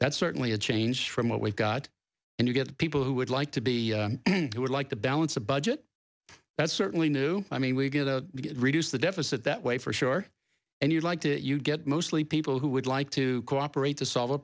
that's certainly a change from what we've got and you get people who would like to be who would like to balance a budget that's certainly new i mean we get a reduce the deficit that way for sure and you'd like to you get mostly people who would like to cooperate to solve a